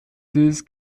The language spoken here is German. das